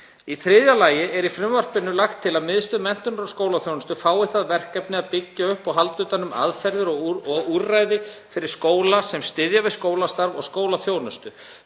Í þriðja lagi er í frumvarpinu lagt til að Miðstöð menntunar og skólaþjónustu fái það verkefni að byggja upp og halda utan um aðferðir og úrræði fyrir skóla sem styðja við skólastarf og skólaþjónustu,